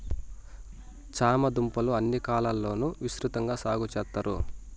చామ దుంపలు అన్ని కాలాల లోనూ విసృతంగా సాగు చెత్తారు